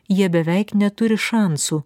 jie beveik neturi šansų